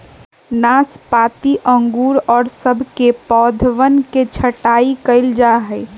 नाशपाती अंगूर और सब के पौधवन के छटाई कइल जाहई